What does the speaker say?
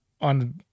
on